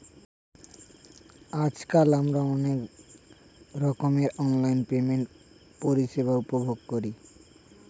আজকাল আমরা অনেক রকমের অনলাইন পেমেন্ট পরিষেবা উপভোগ করি